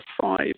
five